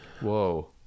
Whoa